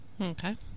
Okay